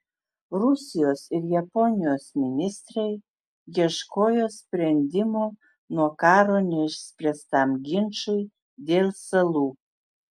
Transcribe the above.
rusijos ir japonijos ministrai ieškojo sprendimo nuo karo neišspręstam ginčui dėl salų